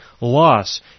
loss